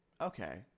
Okay